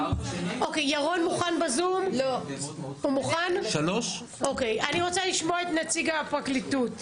אוקי, אני רוצה לשמוע את נציג הפרקליטות.